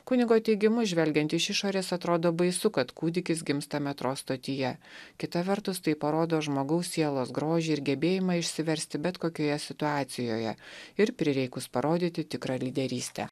kunigo teigimu žvelgiant iš išorės atrodo baisu kad kūdikis gimsta metro stotyje kita vertus tai parodo žmogaus sielos grožį ir gebėjimą išsiversti bet kokioje situacijoje ir prireikus parodyti tikrą lyderystę